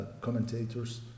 commentators